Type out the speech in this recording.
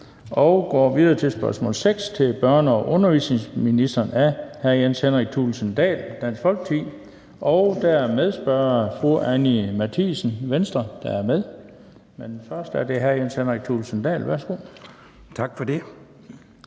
Vi går videre til spørgsmål 6 til børne- og undervisningsministeren af hr. Jens Henrik Thulesen Dahl, Dansk Folkeparti. Der er en medspørger, fru Anni Matthiesen, Venstre, men først er det hr. Jens Henrik Thulesen Dahl. Kl. 15:38 Spm.